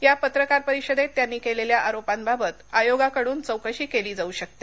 या पत्रकार परिषदेत त्यांनी केलेल्या आरोपांबाबत आयोगाकडून चौकशी केली जाऊ शकते